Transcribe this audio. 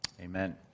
Amen